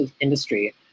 industry